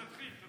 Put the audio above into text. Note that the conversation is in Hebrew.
תמשיך.